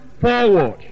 forward